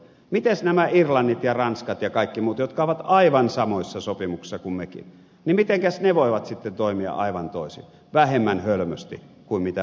mites nämä irlannit ja ranskat ja kaikki muut jotka ovat aivan samoissa sopimuksissa kuin mekin mitenkäs ne voivat sitten toimia aivan toisin vähemmän hölmösti kuin mitä me toimimme